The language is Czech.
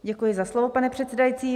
Děkuji za slovo, pane předsedající.